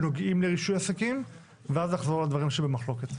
שנוגעים לרישוי עסקים ואז נחזור לדברים שבמחלוקת.